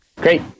Great